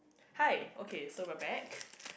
hi okay so we're back